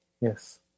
Yes